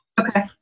Okay